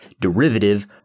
derivative